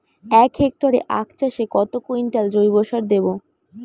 এক হেক্টরে আখ চাষে কত কুইন্টাল জৈবসার দেবো?